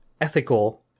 ethical –